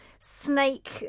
snake